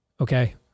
Okay